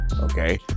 okay